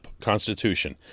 constitution